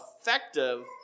effective